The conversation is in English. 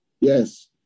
Yes